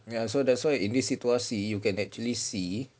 ya so that's why in this situasi you can actually see